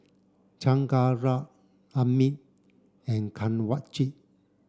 Chengara Amit and Kanwaljit